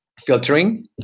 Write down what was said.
filtering